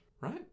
right